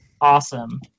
awesome